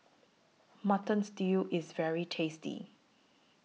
Mutton Stew IS very tasty